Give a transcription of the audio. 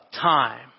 time